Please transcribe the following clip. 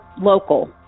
local